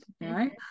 right